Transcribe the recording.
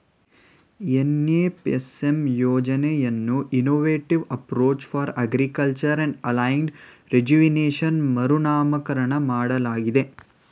NFSM ಯೋಜನೆಯನ್ನು innovative approach for agriculture and allied rejuvenation ಮರುನಾಮಕರಣ ಮಾಡಲಾಗಿದೆ